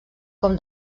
com